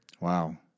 Wow